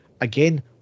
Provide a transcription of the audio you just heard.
Again